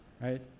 right